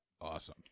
Awesome